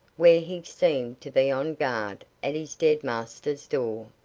where he seemed to be on guard, at his dead master's door.